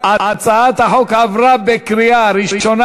הצעת החוק עברה בקריאה ראשונה.